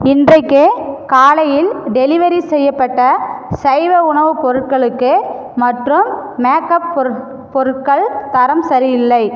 இன்றைக்கு காலையில் டெலிவரி செய்யப்பட்ட சைவ உணவுப் பொருட்களுக்கு மற்றும் மேக்அப் பொருட்கள் தரம் சரியில்லை